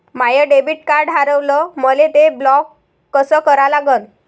माय debit card हारवलं, मले ते ब्लॉक कस करा लागन?